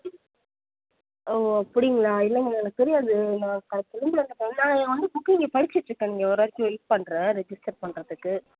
ஓ அப்படிங்ளா இல்லைங்க எனக்கு தெரியாது நான் நான் வந்து புக் இங்கே படிச்சுகிட்ருக்கேன் நீங்கள் வர வரைக்கும் வெய்ட் பண்ணுறேன் ரெஜிஸ்ட்டர் பண்ணுறதுக்கு